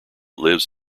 lives